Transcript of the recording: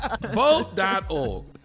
Vote.org